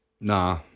Nah